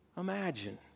Imagine